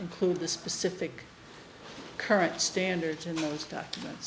include the specific current standards in those documents